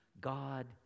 God